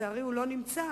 לצערי הוא לא נמצא,